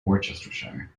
worcestershire